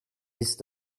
ist